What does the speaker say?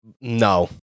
no